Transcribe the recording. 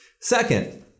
Second